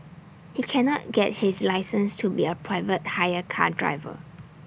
he cannot get his license to be A private hire car driver